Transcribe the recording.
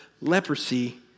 leprosy